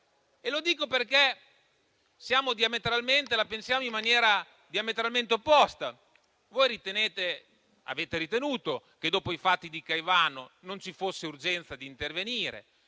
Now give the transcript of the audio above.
Lo dico perché la pensiamo in maniera diametralmente opposta: voi avete ritenuto che dopo i fatti di Caivano non ci fosse l'urgenza di intervenire,